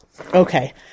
Okay